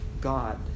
God